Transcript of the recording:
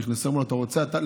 נכנסו אמרו לו: רוצה אתה?